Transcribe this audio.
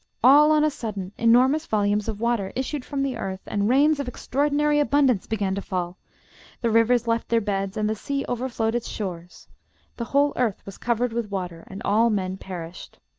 all on a sudden enormous volumes of water issued from the earth, and rains of extraordinary abundance began to fall the rivers left their beds, and the sea overflowed its shores the whole earth was covered with water, and all men perished.